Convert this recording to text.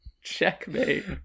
Checkmate